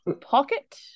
pocket